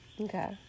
okay